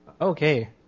Okay